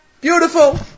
Beautiful